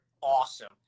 awesome